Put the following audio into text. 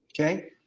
Okay